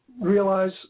realize